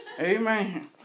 amen